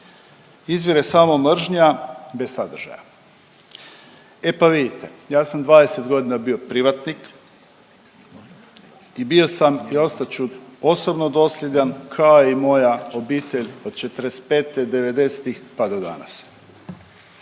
izvire samo mržnja bez sadržaja. E pa vidite, ja sam 20.g. bio privatnik i bio sam i ostat ću osobno dosljedan, kao i moja obitelj od '45., '90.-tih, pa do danas.